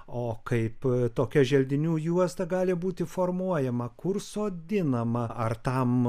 o kaip tokia želdinių juosta gali būti formuojama kur sodinama ar tam